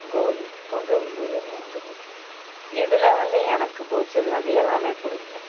கோலி போன்ற உள்ளூர் விளையாட்டுகள் இதில் வந்து எனக்கு பிடிச்சது வந்து எல்லாமே பிடிக்கும்